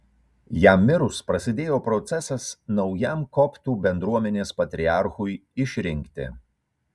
jam mirus prasidėjo procesas naujam koptų bendruomenės patriarchui išrinkti